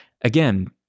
again